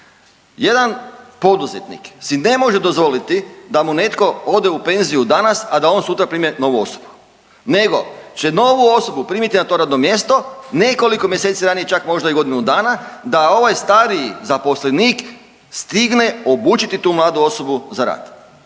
Jedan poduzetnik si ne može dozvoliti da mu netko ode u penziju danas, a da on sutra primi novu osobu nego će novu osobu primiti na to radno mjesto nekoliko mjeseci ranije, čak možda i godinu dana da ovaj stariji zaposlenik stigne obučiti tu mladu osobu za rad,